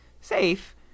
safe